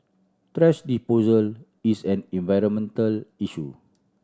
thrash disposal is an environmental issue